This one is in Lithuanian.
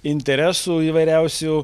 interesų įvairiausių